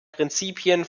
prinzipien